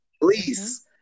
please